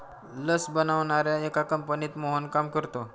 लस बनवणाऱ्या एका कंपनीत मोहन काम करतो